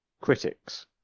Critics